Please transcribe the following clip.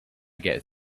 get